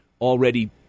already